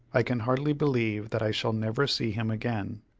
i can hardly believe that i shall never see him again.